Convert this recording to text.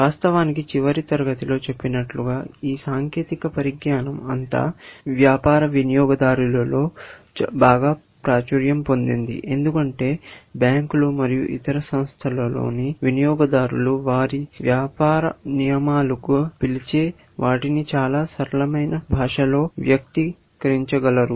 వాస్తవానికి చివరి తరగతిలో చెప్పినట్లుగా ఈ సాంకేతిక పరిజ్ఞానం అంతా వ్యాపార వినియోగదారులలో బాగా ప్రాచుర్యం పొందింది ఎందుకంటే బ్యాంకులు మరియు ఇతర సంస్థలలోని వినియోగదారులు వారు వ్యాపార నియమాలుగా పిలిచే వాటిని చాలా సరళమైన భాషలో వ్యక్తి కరించగలరు